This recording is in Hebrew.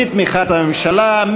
בתמיכת הממשלה,